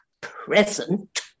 present